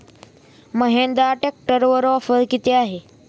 महिंद्रा ट्रॅक्टरवर ऑफर किती आहे?